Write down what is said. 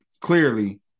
Clearly